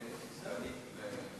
איימן עודה,